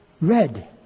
red